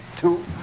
two